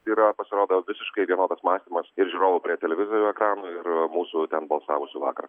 yra pasirodo visiškai vienodas mąstymas ir žiūrovų prie televizoriaus ekrano ir mūsų ten balsavusių vakar